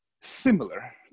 similar